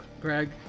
Greg